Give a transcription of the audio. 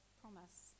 promise